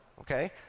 okay